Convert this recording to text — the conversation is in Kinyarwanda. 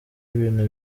ibintu